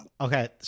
Okay